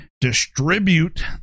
distribute